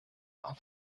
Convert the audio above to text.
auf